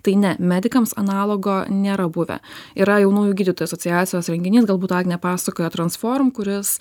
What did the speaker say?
tai ne medikams analogo nėra buvę yra jaunųjų gydytojų asociacijos renginys galbūt agnė pasakojo transforum kuris